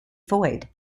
void